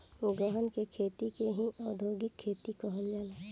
गहन के खेती के ही औधोगिक खेती कहल जाला